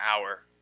hour